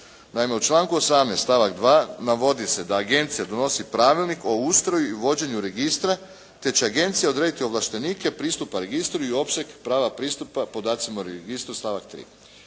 Naime, u članku 18. stavak 2. navodi se da agencija donosi pravilnik o ustroju i vođenju registra, te će agencija odrediti ovlaštenike pristupa registru i opseg prava pristupa podacima u registru stavak 3.,